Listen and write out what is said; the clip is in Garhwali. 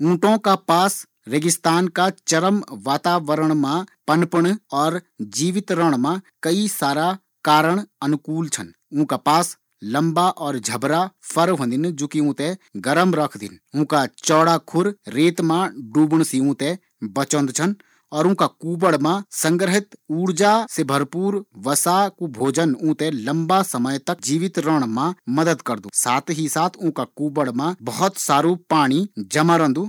उटो का रेगिस्तान का वातावरण मा पनपण और जीवित रेण का वास्ता कई सारा कारण अनुकूल छन ऊंट का चौड़ा पैर वे ते रजिस्टन मा हिटण मा मदद करदिन, ऊंट का पास वसा की एक थैली होंदी जैमा उ भोजन और पाणी ते संग्रहित करदु।